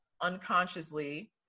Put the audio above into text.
unconsciously